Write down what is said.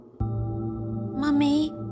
Mummy